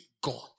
God